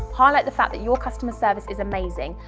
highlight the fact that your customer service is amazing,